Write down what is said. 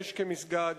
שימש מסגד,